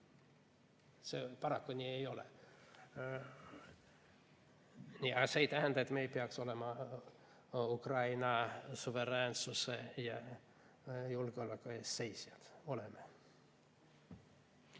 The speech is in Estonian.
see paraku nii ei ole. Aga see ei tähenda, et me ei peaks olema Ukraina suveräänsuse ja julgeoleku eest seisjad. Oleme.